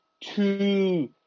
two